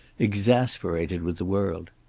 exasperated with the world.